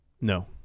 No